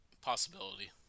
possibility